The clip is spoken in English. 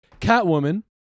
Catwoman